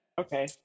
Okay